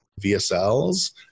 VSLs